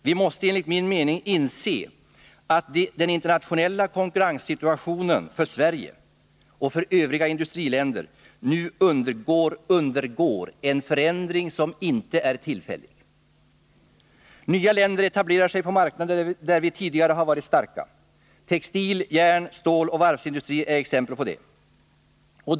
Vi måste enligt min mening inse att den internationella konkurrenssituationen för Sverige och övriga industriländer nu undergår en förändring som inte är tillfällig. Nya länder etablerar sig på marknader där vi tidigare varit starka. Textil-, järn-, ståloch varvsindustri är exempel på detta.